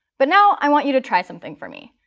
but now, i want you to try something for me.